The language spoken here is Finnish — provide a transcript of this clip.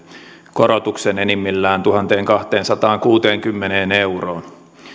korotuksen enimmillään tuhanteenkahteensataankuuteenkymmeneen euroon